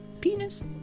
penis